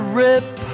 rip